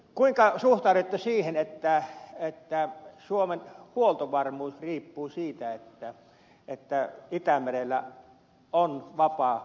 kuinka suhtaudutte siihen että suomen huoltovarmuus riippuu siitä että itämerellä on suomen kauppalaivastolle vapaa kulku